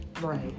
Right